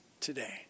today